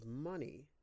money